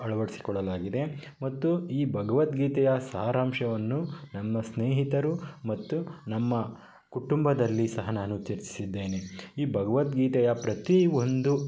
ಅಳವಡಿಸಿಕೊಳ್ಳಲಾಗಿದೆ ಮತ್ತು ಈ ಭಗವದ್ಗೀತೆಯ ಸಾರಾಂಶವನ್ನು ನಮ್ಮ ಸ್ನೇಹಿತರು ಮತ್ತು ನಮ್ಮ ಕುಟುಂಬದಲ್ಲಿ ಸಹ ನಾನು ತಿಳಿಸಿದ್ದೇನೆ ಈ ಭಗವದ್ಗೀತೆಯ ಪ್ರತಿ ಒಂದು